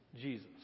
Jesus